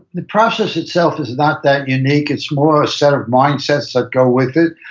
the process itself is not that unique. it's more a set of mindsets that go with it.